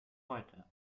heute